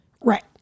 Right